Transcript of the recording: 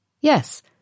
Yes